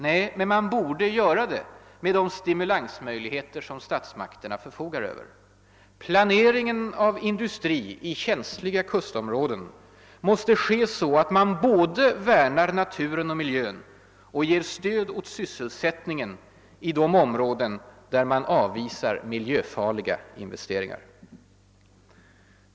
Nej, men man borde göra det med de stimulansmöjligheter som statsmakterna förfogar över. Planeringen av industri i känsliga kustområden måste ske så, att man både värnar naturen och miljön och ger stöd åt sysselsättningen i de områden där man avvisar miljöfarliga investeringar.